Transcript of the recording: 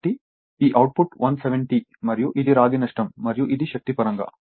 కాబట్టి ఈ అవుట్పుట్ 170 మరియు ఇది రాగి నష్టం మరియు ఇది శక్తి పరంగా